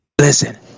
listen